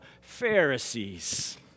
Pharisees